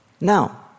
Now